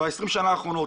ב-20 השנים האחרונות.